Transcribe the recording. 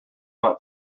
not